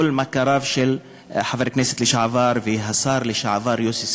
מכריו של חבר הכנסת לשעבר והשר לשעבר יוסי שריד.